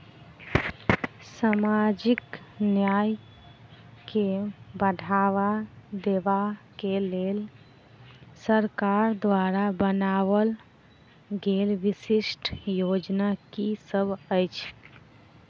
सामाजिक न्याय केँ बढ़ाबा देबा केँ लेल सरकार द्वारा बनावल गेल विशिष्ट योजना की सब अछि?